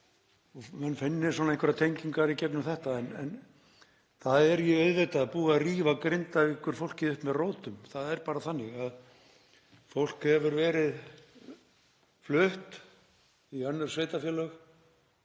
að menn finni einhverjar tengingar í gegnum þetta. En það er auðvitað búið að rífa Grindavíkurfólkið upp með rótum. Það er bara þannig. Fólk hefur verið flutt í önnur sveitarfélög